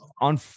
on